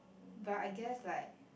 but I guess like